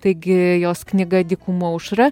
taigi jos knyga dykumų aušra